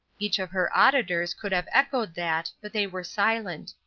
each of her auditors could have echoed that, but they were silent.